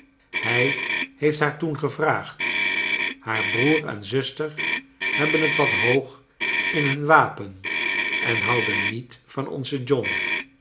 hij heeft haar toen gevraagd haar broer en zuster hebben het wat hoog in nun wapen en houden niet van onzen john